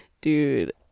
dude